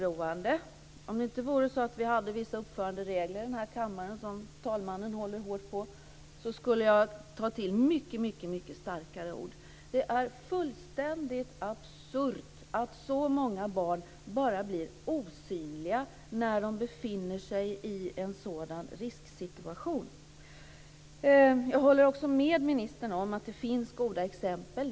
Om det inte vore så att vi hade vissa uppföranderegler i den här kammaren, som talmannen håller hårt på, skulle jag ta till mycket, mycket starkare ord. Det är fullständigt absurt att så många barn bara blir osynliga när de befinner sig i en sådan risksituation! Jag håller också med ministern om att det finns goda exempel.